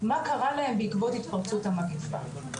מה קרה להם בעקבות התפרצות המגפה.